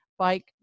bike